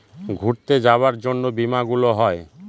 ঘুরতে যাবার জন্য বীমা গুলো হয়